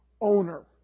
owner